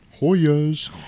Hoyas